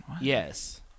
Yes